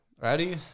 ready